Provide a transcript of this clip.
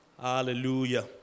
Hallelujah